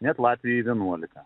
net latvijoj vienuolika